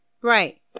Right